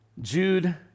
Jude